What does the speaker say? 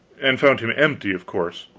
and found him empty, of course.